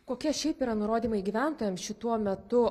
kokie šiaip yra nurodymai gyventojams šituo metu